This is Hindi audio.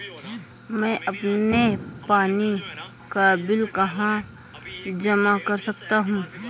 मैं अपने पानी का बिल कहाँ जमा कर सकता हूँ?